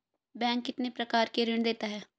Bank कितने प्रकार के ऋण देता है?